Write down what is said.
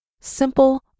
simple